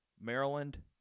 Maryland